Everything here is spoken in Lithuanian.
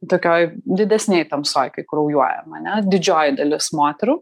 tokioj didesnėj tamsoj kai kraujuojam ane didžioji dalis moterų